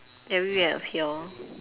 very weird of y'all